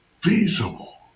feasible